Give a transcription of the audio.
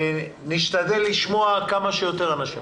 נשתדל לשמוע כמה שיותר אנשים.